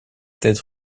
têtes